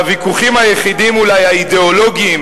והוויכוחים היחידים אולי, האידיאולוגיים,